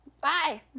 Bye